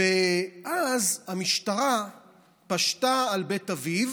ואז המשטרה פשטה על בית אביו